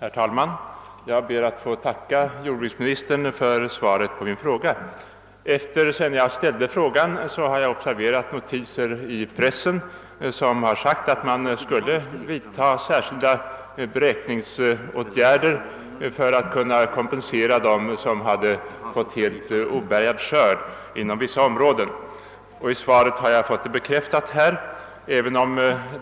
Herr talman! Jag ber att få tacka jordbruksministern för svaret på min interpellation. Sedan jag ställde frågan har jag :observerat notiser i pressen. omr att man skulle göra särskilda beräkningar: för att kunna kompensera. dem som inom vissa områden inte hade kunnat bärga sin skörd. I svaret har: jag fått detta bekräftat, även om